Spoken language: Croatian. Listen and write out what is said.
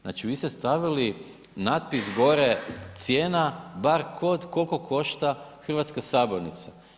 Znači vi ste stavili natpis gore, cijena, bar kod, koliko košta hrvatska sabornica.